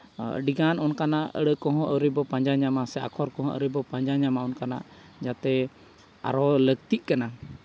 ᱟᱹᱰᱤ ᱜᱟᱱ ᱚᱱᱠᱟᱱᱟᱜ ᱟᱹᱲᱟᱹ ᱠᱚᱦᱚᱸ ᱟᱹᱣᱨᱤ ᱵᱚ ᱯᱟᱸᱡᱟ ᱧᱟᱢᱟ ᱥᱮ ᱟᱠᱷᱚᱨ ᱠᱚᱦᱚᱸ ᱟᱹᱣᱨᱤ ᱵᱚᱸ ᱯᱟᱸᱡᱟ ᱧᱟᱢᱟ ᱚᱱᱠᱟᱱᱟᱜ ᱡᱟᱛᱮ ᱟᱨᱚ ᱞᱟᱹᱠᱛᱤᱜ ᱠᱟᱱᱟ